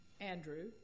Andrew